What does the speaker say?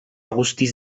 guztiz